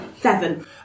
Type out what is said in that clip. seven